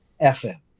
FM